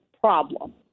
problem